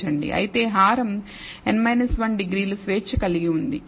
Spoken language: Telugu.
అయితే హారం n 1 డిగ్రీలు స్వేచ్ఛ కలిగి ఉంది